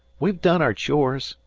we've done our chores.